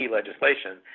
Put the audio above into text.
legislation